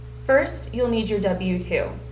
first you'll need your w two.